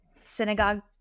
synagogue